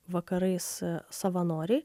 vakarais savanoriai